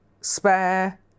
spare